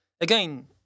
Again